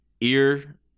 Ear